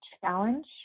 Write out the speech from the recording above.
challenge